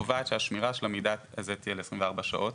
קובעת שהשמירה של המידע הזה תהיה ל-24 שעות.